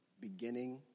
beginning